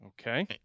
Okay